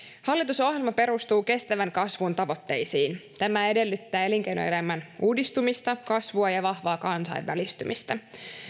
hallitusohjelma perustuu kestävän kasvun tavoitteisiin tämä edellyttää elinkeinoelämän uudistumista kasvua ja vahvaa kansainvälistymistä